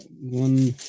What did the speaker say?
one